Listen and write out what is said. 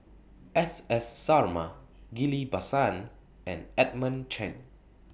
S S Sarma Ghillie BaSan and Edmund Chen